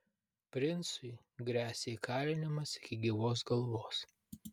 princui gresia įkalinimas iki gyvos galvos